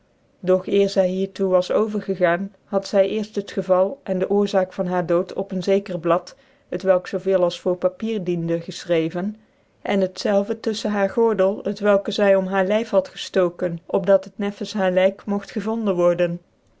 doch eer zy hier toe was overgegaan had zy eerft het geval cn dc oorzaak van haar dooi op een zeker blad t welk zoo veel als voor papier diende gefchrecven cn het zelve tuflehen haar gordel dewelke zy om haar ivf had gedoken op dat het neftens haar lyk mogt pevonden worden